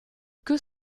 que